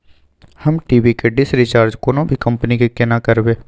हम टी.वी के dish recharge कोनो भी कंपनी के केना करबे?